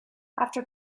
after